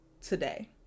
today